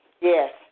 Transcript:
Yes